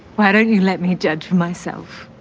why didn't you let me judge for myself?